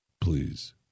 please